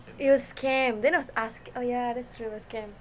it was chemistry then it was us oh ya that's true it was chemistry